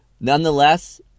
Nonetheless